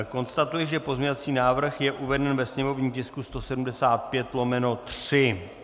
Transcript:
Konstatuji, že pozměňovací návrh je uveden ve sněmovním tisku 175/3.